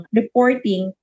reporting